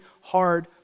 hard